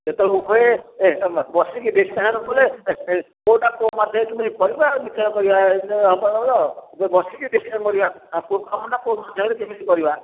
ସେତେବେଳକୁ କିଏ ବସିକି କୋଉ ମାଧ୍ୟମରେ କେମିତି କରିବା